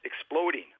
exploding